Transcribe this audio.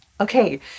Okay